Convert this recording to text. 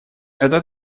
это